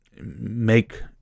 make